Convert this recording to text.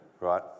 right